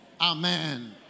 Amen